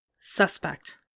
Suspect